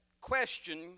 question